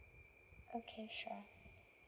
okay sure